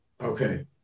Okay